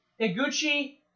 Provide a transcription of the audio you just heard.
Higuchi